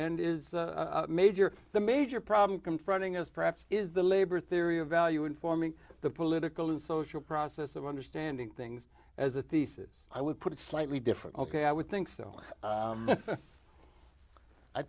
and is major the major problem confronting us perhaps is the labor theory of value in forming the political and social process of understanding things as a thesis i would put it slightly different ok i would think so